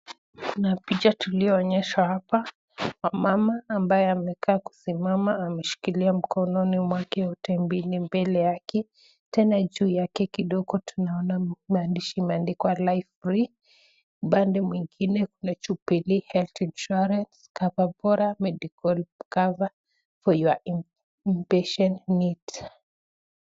Kuna picha tulioonyeshwa hapa ya mama ambaye amekaa kusimama ameshikilia mkononi mwake yote mbili mbele yake, tena juu yake kidogo tunaona maandishi imeandikwa Live Free upande mwingine kuna Jubilee health insurance, COVER BORA MEDICAL COVER FOR YOUR IMPATIENT NEEDS .